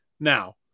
Now